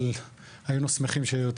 אבל היינו שמחים שיהיו יותר.